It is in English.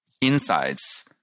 insights